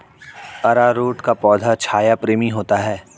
अरारोट का पौधा छाया प्रेमी होता है